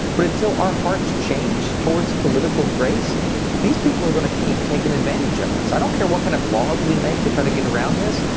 but until our hearts change towards political grace these people are gonna keep taking advantage of us. i don't think what kind of laws we make to try to get around this,